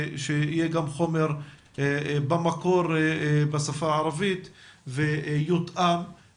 כדי שיהיה חומר במקור בשפה הערבית ויותאם